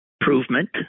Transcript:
Improvement